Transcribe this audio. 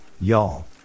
y'all